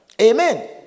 Amen